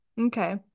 Okay